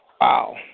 Wow